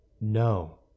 no